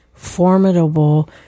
Formidable